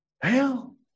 Hell